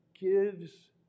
gives